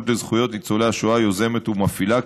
לזכויות ניצולי השואה יוזמת ומפעילה,